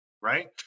right